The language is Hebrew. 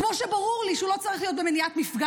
כמו שברור לי שהוא לא צריך להיות במניעת מפגש,